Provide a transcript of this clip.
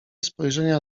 spojrzenia